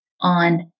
on